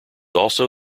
also